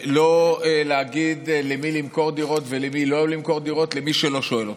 לא להגיד למי למכור דירות ולמי לא למכור דירות למי שלא שואל אותם.